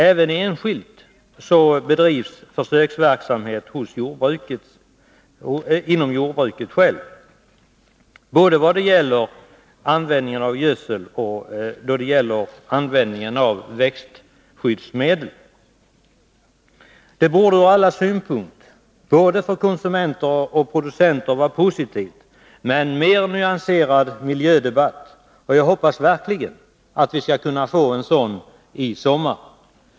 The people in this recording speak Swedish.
Även enskilt bedrivs försöksverksamhet inom jordbruket, både när det gäller användningen av gödsel och när det gäller användningen av växtskyddsmedel. Det borde från alla synpunkter, både för konsumenter och för producenter, vara positivt med en mer nyanserad miljödebatt. Jag hoppas verkligen att vi skall kunna få en sådan i sommar.